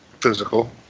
physical